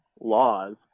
laws